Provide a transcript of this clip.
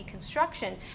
deconstruction